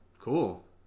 Cool